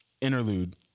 interlude